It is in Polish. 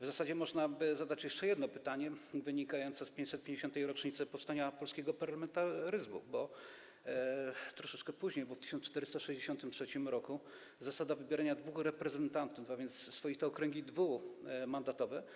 W zasadzie można by zadać jeszcze jedno pytanie wynikające z 550. rocznicy powstania polskiego parlamentaryzmu, bo troszeczkę później, w 1463 r., mamy zasadę wybierania dwóch reprezentantów, a więc swoiste okręgi dwumandatowe.